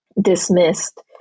dismissed